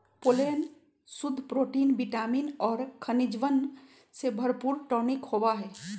pollen शुद्ध protein vitamin और खनिजवन से भरपूर टॉनिक होबा हई